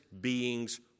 being's